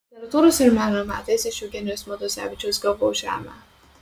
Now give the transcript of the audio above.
literatūros ir meno metais iš eugenijaus matuzevičiaus gavau žemę